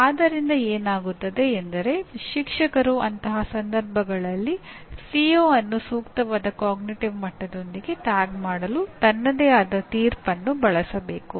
ಆದ್ದರಿಂದ ಏನಾಗುತ್ತದೆ ಎಂದರೆ ಶಿಕ್ಷಕರು ಅಂತಹ ಸಂದರ್ಭಗಳಲ್ಲಿ ಸಿಒ ಅನ್ನು ಸೂಕ್ತವಾದ ಅರಿವಿನ ಮಟ್ಟದೊಂದಿಗೆ ಟ್ಯಾಗ್ ಮಾಡಲು ತನ್ನದೇ ಆದ ತೀರ್ಪನ್ನು ಬಳಸಬೇಕು